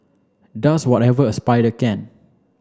does whatever a spider can